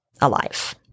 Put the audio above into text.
alive